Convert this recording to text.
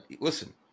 Listen